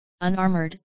unarmored